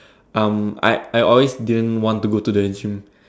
um I I always didn't want to go to the gym